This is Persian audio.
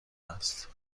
است